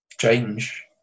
change